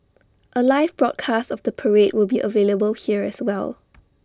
A live broadcast of the parade will be available here as well